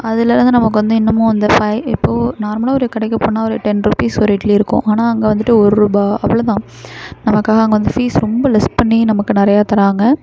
அதுலேருந்து நமக்கு வந்து இன்னமும் அந்து ஃபைவ் இப்போது நார்மலாக ஒரு கடைக்குப் போனால் ஒரு டென் ருபீஸ் ஒரு இட்லி இருக்கும் ஆனால் அங்கே வந்துட்டு ஒரு ருபா அவ்வளோதான் நமக்காக அங்கே வந்து ஃபீஸ் ரொம்ப லெஸ் பண்ணி நமக்கு நிறைய தராங்க